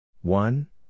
one